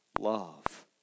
love